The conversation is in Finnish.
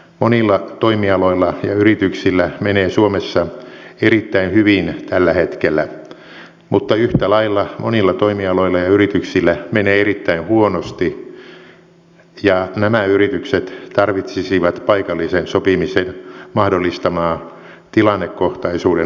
monilla toimialoilla ja yrityksillä menee suomessa erittäin hyvin tällä hetkellä mutta yhtä lailla monilla toimialoilla ja yrityksillä menee erittäin huonosti ja nämä yritykset tarvitsisivat paikallisen sopimisen mahdollistamaa tilannekohtaisuuden huomioon ottamista